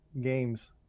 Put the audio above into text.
games